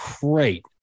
great